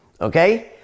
okay